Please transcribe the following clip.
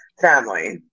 family